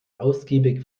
ausgiebig